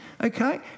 okay